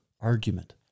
argument